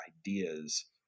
ideas